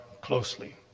closely